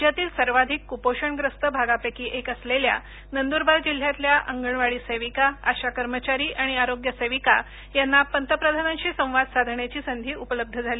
राज्यातील सर्वाधिक कुपोषणग्रस्त भागापैकी एक असलेल्या नंदुरबार जिल्ह्यातल्या अंगणवाडीसेविका आशा कर्मचारी आणि आरोग्य सेविका यांना पंतप्रधानांशी संवाद साधण्याची संधी उपलब्ध झाली